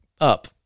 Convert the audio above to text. Up